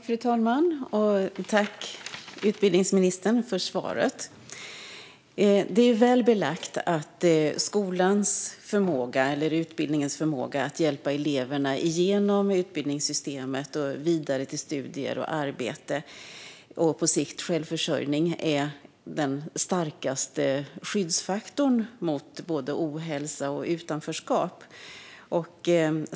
Fru talman! Tack, utbildningsministern, för svaret! Det är väl belagt att skolans och utbildningens förmåga att hjälpa eleverna genom utbildningssystemet och vidare till studier och arbete och på sikt till självförsörjning är den starkaste skyddsfaktorn mot både ohälsa och utanförskap.